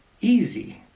easy